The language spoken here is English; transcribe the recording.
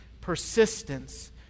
persistence